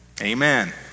amen